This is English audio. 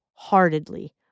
heartedly